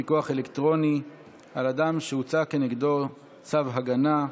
פיקוח אלקטרוני על אדם שהוצא כנגדו צו הגנה),